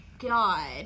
God